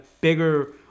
bigger